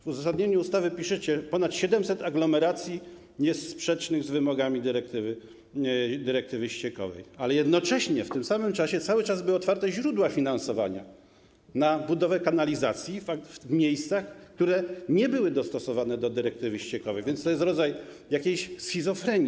W uzasadnieniu ustawy piszecie, że w przypadku ponad 700 aglomeracji jest sprzeczność z wymogami dyrektywy ściekowej, ale jednocześnie w tym samym czasie cały czas były otwarte źródła finansowania na budowę kanalizacji w miejscach, które nie były dostosowane do dyrektywy ściekowej, więc to jest rodzaj jakiejś schizofrenii.